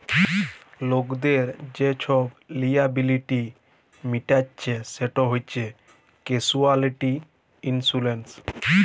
লকদের যে ছব লিয়াবিলিটি মিটাইচ্ছে সেট হছে ক্যাসুয়ালটি ইলসুরেলস